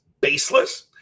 baseless